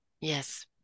Yes